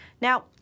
Now